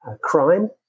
crime